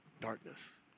darkness